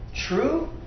true